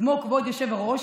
כמו כבוד היושב-ראש,